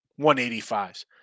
185s